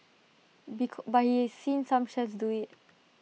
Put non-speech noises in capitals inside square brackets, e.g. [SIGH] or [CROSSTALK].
[UNINTELLIGIBLE] but he's seen some chefs do IT